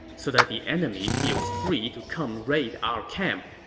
so that the enemy feels free to come raid our camp.